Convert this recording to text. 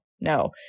no